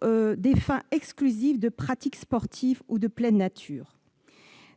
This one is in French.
à des fins exclusives de pratique sportive de pleine nature.